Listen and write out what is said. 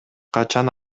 качан